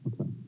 Okay